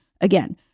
Again